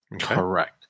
Correct